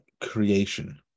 creation